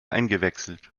eingewechselt